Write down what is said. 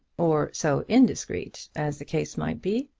or so indiscreet, as the case might be.